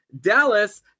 Dallas